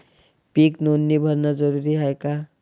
पीक नोंदनी भरनं जरूरी हाये का?